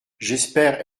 j’espère